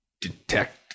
detect